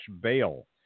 bail